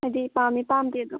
ꯍꯥꯏꯗꯤ ꯄꯥꯝꯃꯤ ꯄꯥꯝꯗꯦꯗꯣ